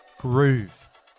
groove